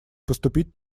поступить